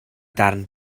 darn